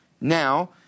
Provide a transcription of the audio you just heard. now